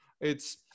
it's-